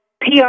PR